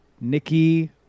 Nikki